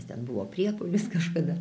ten buvo priepuolis kažkada